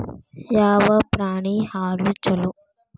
ಯಾವ ಪ್ರಾಣಿ ಹಾಲು ಛಲೋ?